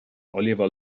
oliver